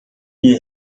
die